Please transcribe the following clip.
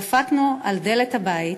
דפקנו על דלת הבית.